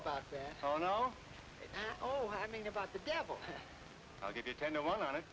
about that oh no oh i mean about the devil i'll give you ten no one on